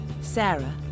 Sarah